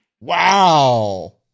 Wow